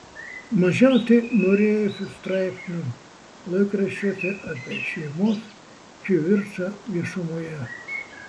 mažiausiai norėjosi straipsnių laikraščiuose apie šeimos kivirčą viešumoje